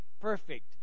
perfect